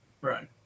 Right